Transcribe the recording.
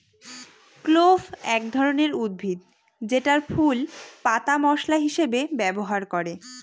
clove এক ধরনের উদ্ভিদ যেটার ফুল, পাতা মশলা হিসেবে ব্যবহার করে